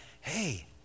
hey